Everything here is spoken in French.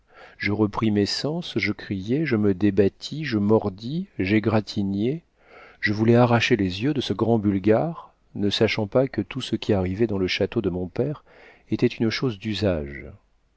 je repris mes sens je criai je me débattis je mordis j'égratignai je voulais arracher les yeux à ce grand bulgare ne sachant pas que tout ce qui arrivait dans le château de mon père était une chose d'usage